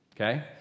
Okay